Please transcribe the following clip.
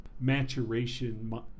maturation